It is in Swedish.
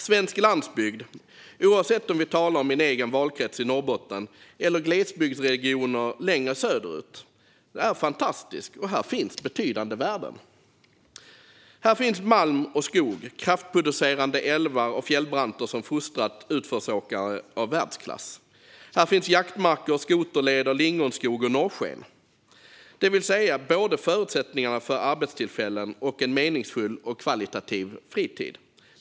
Svensk landsbygd - oavsett om vi talar om min egen valkrets Norrbottens län eller glesbygdsregioner längre söderut - är fantastisk, och här finns betydande värden. Här finns malm och skog, kraftproducerande älvar och fjällbranter som fostrat utförsåkare av världsklass. Här finns jaktmarker, skoterleder, lingonskog och norrsken, det vill säga förutsättningarna både för arbetstillfällen och för en meningsfull och kvalitativ fritid.